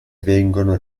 vengono